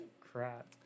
crap